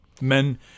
Men